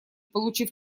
получив